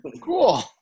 Cool